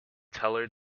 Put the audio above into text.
teller